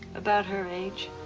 about her age.